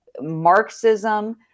Marxism